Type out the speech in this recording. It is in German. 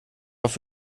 auf